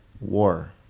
War